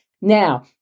Now